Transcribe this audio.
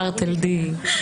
לפרוטוקול